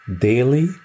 daily